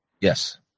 yes